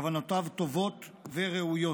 כוונותיו טובות וראויות.